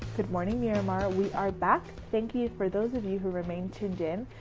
good morning miramar. we are back. thank you for those of you who remain tuned in.